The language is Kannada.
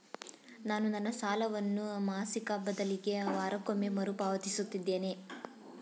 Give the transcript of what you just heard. ನಾನು ನನ್ನ ಸಾಲವನ್ನು ಮಾಸಿಕ ಬದಲಿಗೆ ವಾರಕ್ಕೊಮ್ಮೆ ಮರುಪಾವತಿಸುತ್ತಿದ್ದೇನೆ